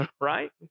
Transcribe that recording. right